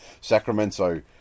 Sacramento